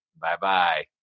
Bye-bye